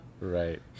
Right